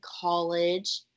college